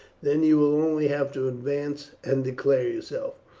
then you will only have to advance and declare yourself.